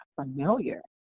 familiar